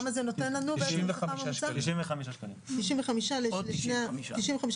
אלא לכל זכאי הפוליו והגזזת תינתן התוספת הזאת,